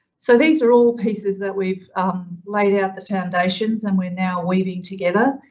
so these are all pieces that we've laid out, the foundations and we're now weaving together.